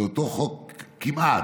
זה אותו חוק כמעט,